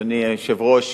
אדוני היושב-ראש,